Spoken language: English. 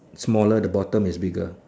smaller the bottom is bigger